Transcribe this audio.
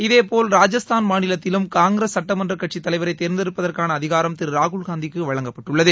இதேபோல் ராஜஸ்தான் மாநிலத்திலும் காங்கிரஸ் சட்டமன்றக்கட்சித் தலைவரை தேர்ந்தெடுப்பதற்கான அதிகாரம் திரு ராகுல்காந்திக்கு வழங்கப்பட்டுள்ளது